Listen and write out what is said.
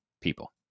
people